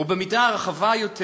ובמידה רחבה יותר